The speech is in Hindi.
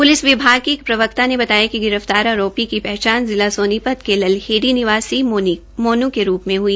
पुलिस विभाग के प्रवक्ता ने बताया कि गिरफ्तार आरोपी की पहचान जिला सोनीपत के ललहेड़ी निवासी मोन् के रूप में हुई